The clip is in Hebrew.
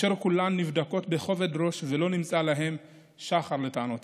כולן נבדקות בכובד ראש, ולא נמצא שחר לטענותיהם.